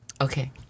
Okay